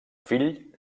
fill